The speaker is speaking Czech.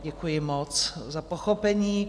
Děkuji moc za pochopení.